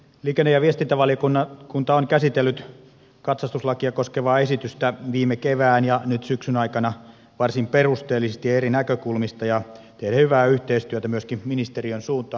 liikenne ja viestintävaliokunta on käsitellyt katsastuslakia koskevaa esitystä viime kevään ja nyt syksyn aikana varsin perusteellisesti eri näkökulmista ja tehnyt hyvää yhteistyötä myöskin ministeriön suuntaan